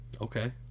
Okay